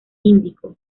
índico